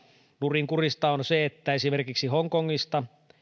nurinkurista on se että esimerkiksi hong kongista